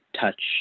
touch